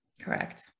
correct